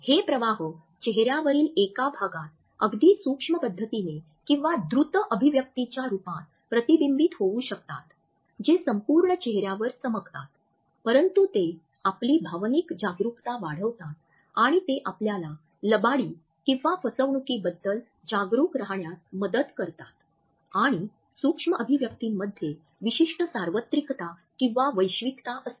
हे प्रवाह चेहर्यावरील एका भागात अगदी सूक्ष्म पद्धतीने किंवा द्रुत अभिव्यक्तीच्या रूपात प्रतिबिंबित होऊ शकतात जे संपूर्ण चेहऱ्यावर चमकतात परंतु ते आपली भावनिक जागरूकता वाढवतात आणि ते आपल्याला लबाडी किंवा फसवणुकीबद्दल जागरूक राहण्यास मदत करतात आणि सूक्ष्म अभिव्यक्तींमध्ये विशिष्ट सार्वत्रिकता किंवा वैश्विकता असते